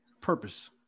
purpose